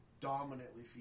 dominantly